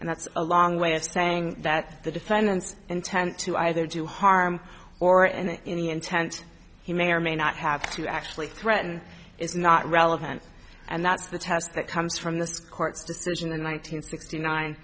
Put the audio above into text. and that's a long way of saying that the defendant's intent to either do harm or and any intent he may or may not have to actually threaten is not relevant and that's the test that comes from this court's decision in one nine hundred sixty nine